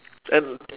and